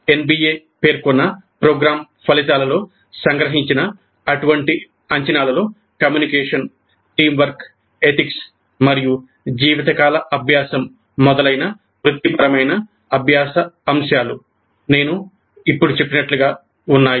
NBA ఉన్నాయి